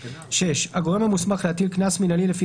6. הגורם המוסמך להטיל קנס מינהלי לפי